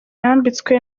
yambitswe